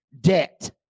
debt